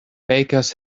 bakers